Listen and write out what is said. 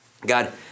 God